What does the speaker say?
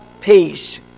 Peace